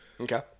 Okay